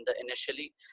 initially